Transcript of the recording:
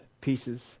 pieces